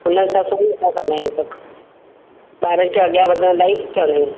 हुन हिसाबु सां ई असां कंदा आहियूं हे सभु ॿार खे अॻियां वधण लाइ ई चवंदा आहियूं